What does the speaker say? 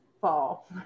fall